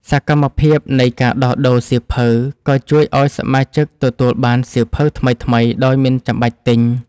សកម្មភាពនៃការដោះដូរសៀវភៅ ក៏ជួយឱ្យសមាជិកទទួលបានសៀវភៅថ្មីៗដោយមិនចាំបាច់ទិញ។